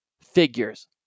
figures